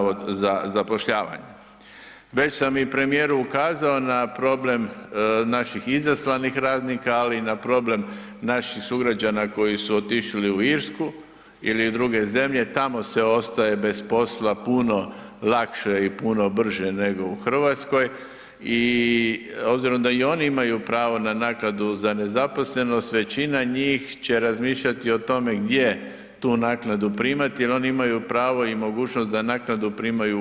Već sam i premijeru ukazao na problem naših izaslanih radnika, ali i na problem naših sugrađana koji su otišli u Irsku ili u druge zemlje, tamo se ostaje bez posla puno lakše i puno brže nego u RH i obzirom da i oni imaju pravo na naknadu za nezaposlenost, većina njih će razmišljati o tome gdje tu naknadu primati jer oni imaju pravo i mogućnost da naknadu primaju u RH.